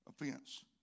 Offense